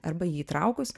arba jį įtraukus